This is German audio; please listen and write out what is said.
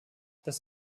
das